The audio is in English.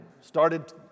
started